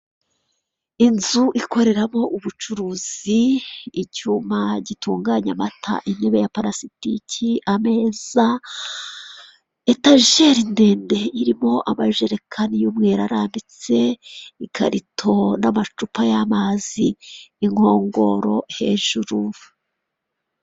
Inzu ikoreramo ubucuruzi icyuma gitunganya amata, intebe ya pulasitiki ameza etageri ndende irimo abajerekani y'umweru arambitse, ikarito n'amacupa y'amazi inkongoro hejuru.